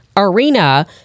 arena